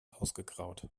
ausgegraut